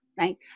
right